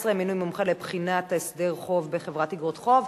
19) (מינוי מומחה לבחינת הסדר חוב בחברת איגרות חוב).